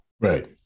Right